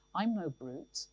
i'm no brute.